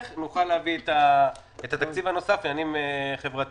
נוכל להביא את התקציב הנוסף לעניינים חברתיים.